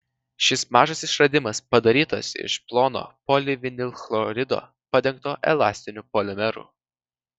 šis mažas išradimas padarytas iš plono polivinilchlorido padengto elastiniu polimeru